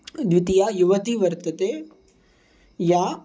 द्वितीया युवती वर्तते या